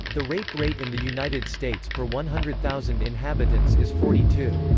the rape rate in the united states per one hundred thousand inhabitants is forty two.